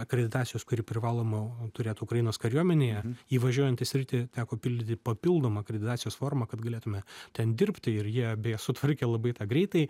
akreditacijos kuri privaloma turėt ukrainos kariuomenėje įvažiuojant į sritį teko pildyti papildomą akreditacijos formą kad galėtume ten dirbti ir jie beje sutvarkė labai greitai